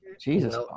Jesus